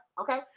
Okay